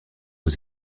aux